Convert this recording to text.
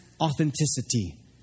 authenticity